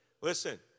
Listen